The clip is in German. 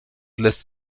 lässt